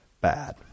bad